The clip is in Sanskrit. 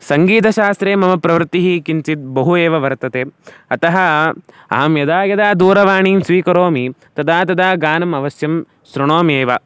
सङ्गीतशास्त्रे मम प्रवृत्तिः किञ्चित् बहु एव वर्तते अतः अहं यदा यदा दूरवाणीं स्वीकरोमि तदा तदा गानम् अवश्यं शृणोम्येव